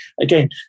again